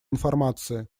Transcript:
информации